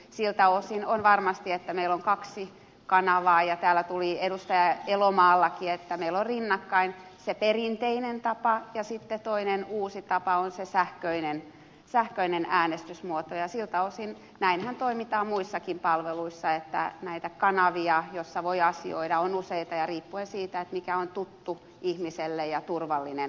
siltä osin on varmasti hyvä että meillä on kaksi kanavaa ja täällä puhui edustaja elomaakin että meillä on rinnakkain se perinteinen tapa ja sitten toinen uusi tapa se sähköinen äänestysmuoto ja näinhän toimitaan muissakin palveluissa että näitä kanavia joissa voi asioida on useita ja riippuen siitä mikä on tuttu ihmiselle ja turvallinen asioida